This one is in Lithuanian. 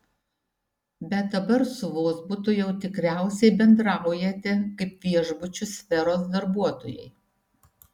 bet dabar su vozbutu jau tikriausiai bendraujate kaip viešbučių sferos darbuotojai